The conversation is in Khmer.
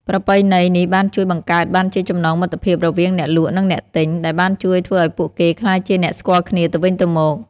ប្រពៃណីនេះបានជួយបង្កើតបានជាចំណងមិត្តភាពរវាងអ្នកលក់នឹងអ្នកទិញ ដែលបានជួយធ្វើឲ្យពួកគេក្លាយជាអ្នកស្គាល់គ្នាទៅវិញទៅមក។